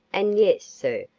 and, yes, sir,